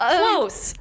close